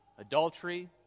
adultery